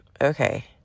okay